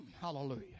Hallelujah